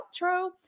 outro